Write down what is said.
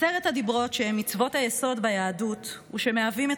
עשרת הדיברות שהם מצוות היסוד ביהדות ומהווים את